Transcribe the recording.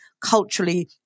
culturally